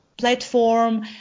Platform